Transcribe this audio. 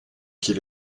qu’il